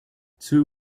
two